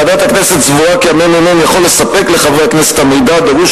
ועדת הכנסת סבורה כי הממ"מ יכול לספק לחברי הכנסת את המידע הדרוש